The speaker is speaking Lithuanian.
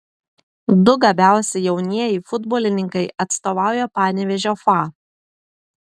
du gabiausi jaunieji futbolininkai atstovauja panevėžio fa